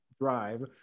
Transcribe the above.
drive